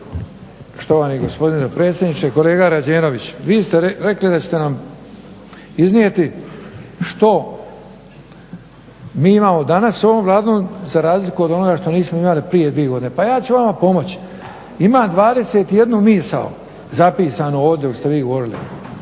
(HDZ)** Štovani gospodine predsjedniče, kolega Rađenović. Vi ste rekli da ćete nam iznijeti što mi imamo danas sa ovom Vladom za razliku od onoga što nismo imali prije dvije godine. Pa ja ću vama pomoći. Imam 21 misao zapisanu ovdje dok ste vi govorili